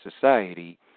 Society